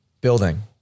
building